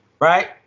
right